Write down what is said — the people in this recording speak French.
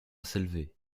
s’élever